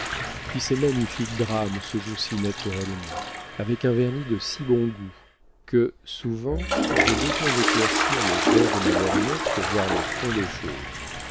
puis ces magnifiques drames se jouent si naturellement avec un vernis de si bon goût que souvent j'ai besoin d'éclaircir le verre de ma lorgnette pour voir le fond des choses